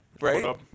right